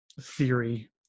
theory